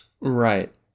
right